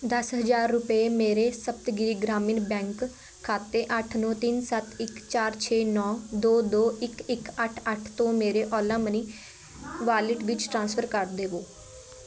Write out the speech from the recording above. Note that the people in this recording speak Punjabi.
ਦਸ ਹਜ਼ਾਰ ਰੁਪਏ ਮੇਰੇ ਸਪਤਗਿਰੀ ਗ੍ਰਾਮੀਣ ਬੈਂਕ ਖਾਤੇ ਅੱਠ ਨੌ ਤਿੰਨ ਸੱਤ ਇੱਕ ਚਾਰ ਛੇ ਨੌ ਦੋ ਦੋ ਇੱਕ ਇੱਕ ਅੱਠ ਅੱਠ ਤੋਂ ਮੇਰੇ ਓਲਾ ਮਨੀ ਵਾਲਿਟ ਵਿੱਚ ਟ੍ਰਾਂਸਫਰ ਕਰ ਦੇਵੋ